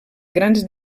grans